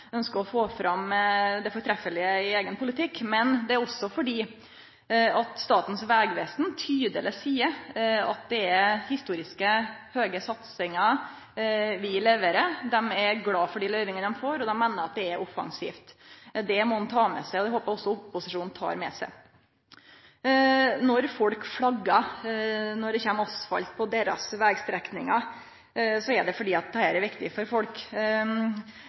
det er noko skiftande regjeringar ønskjer – det er også fordi Statens vegvesen tydeleg seier at det er historisk høge satsingar vi leverer. Dei er glade for dei løyvingane dei får, og dei meiner det er offensivt. Det må ein ta med seg, og det håper eg også opposisjonen tek med seg. Når folk flaggar når det kjem asfalt på vegstrekningane deira, er det fordi dette er viktig for folk. Jørgen Amdam hadde også ei påpeiking av kvifor det kan vere viktig for folk